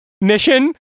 mission